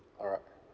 alright